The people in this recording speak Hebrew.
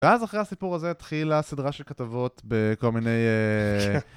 ואז אחרי הסיפור הזה התחילה סדרה של כתבות בכל מיני...